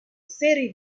seri